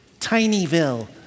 Tinyville